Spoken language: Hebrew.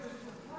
לא.